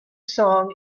song